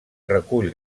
recull